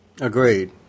Agreed